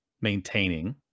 maintaining